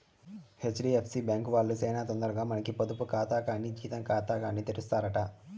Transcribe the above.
HDFC bank వాల్లు సేనా తొందరగా మనకి పొదుపు కాతా కానీ జీతం కాతాగాని తెరుస్తారట